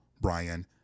Brian